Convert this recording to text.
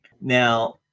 now